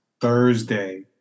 Thursday